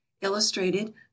illustrated